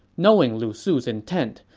knowing lu su's intent,